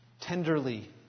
Tenderly